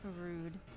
rude